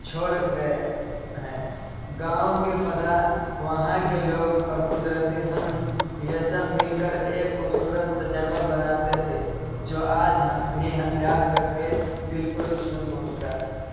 چھوڑ گئے ہیں گاؤں کی فضا وہاں کے لوگ اور قدرتی حسن یہ سب مل کر ایک خوبصورت تجربہ بناتے تھے جو آج بھی یاد کر کے دل کو سکون پہنچتا ہے